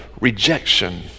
rejection